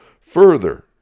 Further